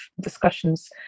discussions